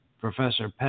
Professor